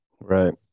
Right